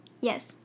Yes